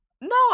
no